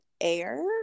air